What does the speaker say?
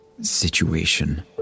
situation